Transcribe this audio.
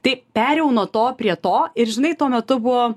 tai perėjau nuo to prie to ir žinai tuo metu buvo